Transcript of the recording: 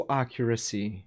accuracy